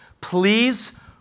please